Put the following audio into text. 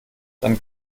sein